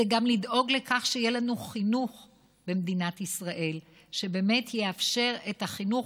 זה גם לדאוג לכך שיהיה לנו חינוך במדינת ישראל שבאמת יאפשר את החינוך,